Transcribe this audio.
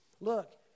Look